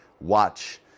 watch